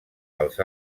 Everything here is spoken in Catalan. els